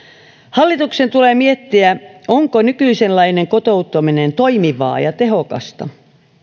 hallituksen tulee miettiä onko nykyisenlainen kotouttaminen toimivaa ja tehokasta